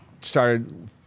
started